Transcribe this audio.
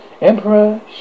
Emperor